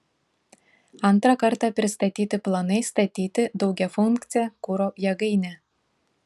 antrą kartą pristatyti planai statyti daugiafunkcę kuro jėgainę